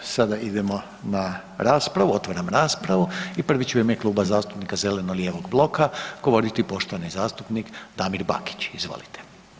Sada idemo na raspravu, otvaram raspravu i prvi će u ime Kluba zastupnika zeleno-lijevog bloka govoriti poštovani zastupnik Damir Bakić, izvolite.